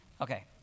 Okay